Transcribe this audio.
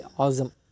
awesome